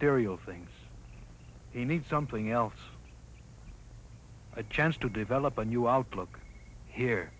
real things they need something else a chance to develop a new outlook here